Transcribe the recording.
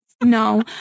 no